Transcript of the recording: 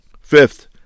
Fifth